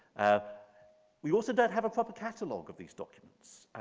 ah we also don't have a proper catalog of these documents.